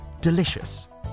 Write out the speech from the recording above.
delicious